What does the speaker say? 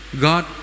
God